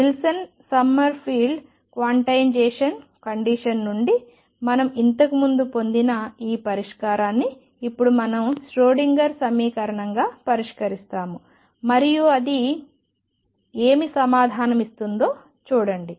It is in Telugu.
విల్సన్ సమ్మర్ఫీల్డ్ క్వాంటైజేషన్ కండిషన్ నుండి మనం ఇంతకు ముందు పొందిన ఈ పరిష్కారాన్ని ఇప్పుడు మనం ష్రోడింగర్ సమీకరణంగా పరిష్కరిస్తాము మరియు అది ఏమి సమాధానం ఇస్తుందో చూడండి